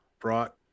brought